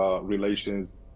relations